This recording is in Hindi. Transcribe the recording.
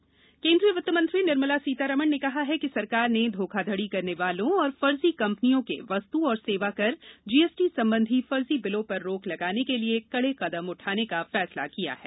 सीतारामन जीएसटी केन्द्रीय वित्तमंत्री निर्मला सीतारामन ने कहा है कि सरकार ने धोखाधड़ी करने वालों और फर्जी कंपनियों के वस्तु और सेवा कर जीएसटी संबंधी फर्जी बिलों पर रोक लगाने के लिए कड़े कदम उठाने का फैसला किया है